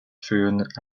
through